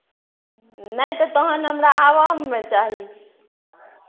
नहि तऽ तहन हमरा आवाममे चाही